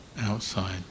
outside